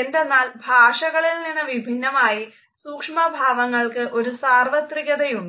എന്തെന്നാൽ ഭാഷകളിൽ നിന്ന് വിഭിന്നമായി സൂക്ഷ്മഭാവങ്ങൾക്ക് ഒരു സാർവത്രികതയുണ്ട്